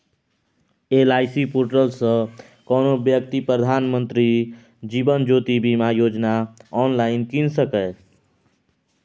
LIC portal सँ कोनो बेकती प्रधानमंत्री जीबन ज्योती बीमा योजना आँनलाइन कीन सकैए